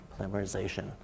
polymerization